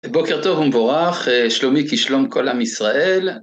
בוקר טוב ומבורך, שלומי כשלום כל עם ישראל.